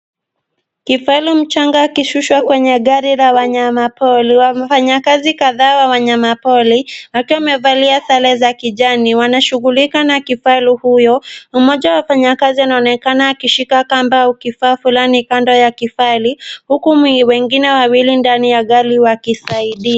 Kifaru mchanga akishushwa kwenye gari la wanyamapori. Wafanyakazi kadhaa wa wanyamapori wakiwa wamevalia sare za kijani wanashughulika na kifaru huyo. Mmoja wa wafanyakazi anaonekana akishika kamba au kifaa fulani kando ya kifaru huku wengine wawili ndani ya gari wakisaidia.